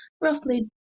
roughly